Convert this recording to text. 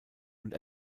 und